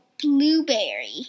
blueberry